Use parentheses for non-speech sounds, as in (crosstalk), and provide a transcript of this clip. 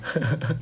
(laughs)